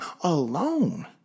alone